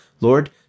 Lord